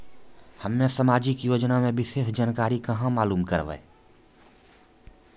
हम्मे समाजिक योजना के विशेष जानकारी कहाँ मालूम करबै?